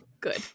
Good